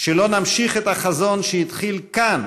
שלא נמשיך את החזון שהתחיל כאן,